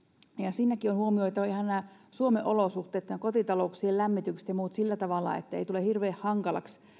siinäkin on huomioitava ihan nämä suomen olosuhteet kotitalouksien lämmitykset ja muut sillä tavalla että ettei tule hirveän hankalaksi